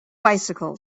bicycles